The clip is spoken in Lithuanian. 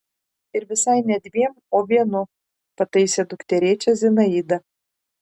ir visai ne dviem o vienu pataisė dukterėčią zinaida